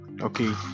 okay